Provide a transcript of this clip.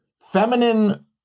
feminine